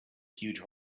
huge